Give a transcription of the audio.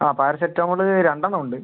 paracetamol രണ്ടെണ്ണം ഉണ്ട്